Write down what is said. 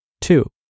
Two